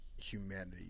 humanity